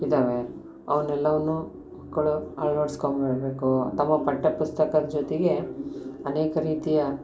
ಇದ್ದಾವೆ ಅವನ್ನೆಲ್ಲವನ್ನೂ ಮಕ್ಕಳು ಅಳ್ವಡ್ಸ್ಕೊಂಡ್ಬಿಡ್ಬೇಕು ಅಥವಾ ಪಠ್ಯ ಪುಸ್ತಕದ ಜೊತೆಗೆ ಅನೇಕ ರೀತಿಯ